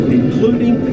including